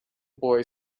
boy